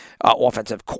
offensive